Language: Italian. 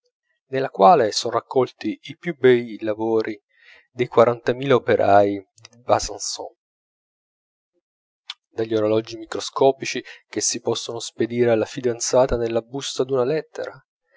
nella quale son raccolti i più bei lavori dei quarantamila operai di besanon dagli orologi microscopici che si possono spedire alla fidanzata nella busta d'una lettera